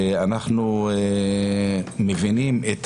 ואנחנו מבינים את